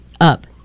up